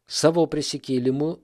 savo prisikėlimu